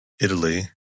Italy